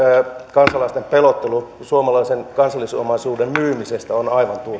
kansalaisten pelottelu suomalaisen kansallisomaisuuden myymisestä on